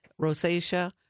rosacea